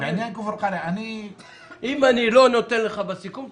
אם אני לא נותן לך בסיכום,